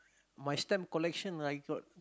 my stamp collection I got